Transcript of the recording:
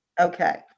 Okay